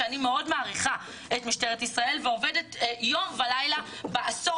שאני מאוד מעריכה את משטרת ישראל ועובדת יום ולילה בעשור